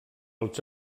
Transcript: als